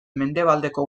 mendebaldeko